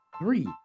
three